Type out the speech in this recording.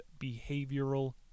behavioral